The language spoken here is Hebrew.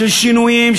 של שינויים,